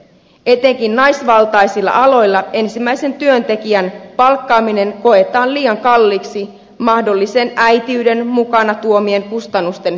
etenkin naisvaltaisilla aloilla ensimmäisen työntekijän palkkaaminen koetaan liian kalliiksi mahdollisen äitiyden mukanaan tuomien kustannusten pelossa